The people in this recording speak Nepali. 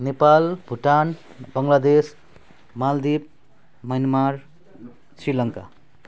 नेपाल भुटान बङ्गलादेश मालडिभ्स म्यानमार श्रीलङ्का